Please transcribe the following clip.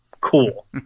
Cool